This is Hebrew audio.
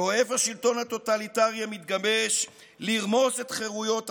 שואף השלטון הטוטליטרי המתגבש לרמוס את חירויות הפרט,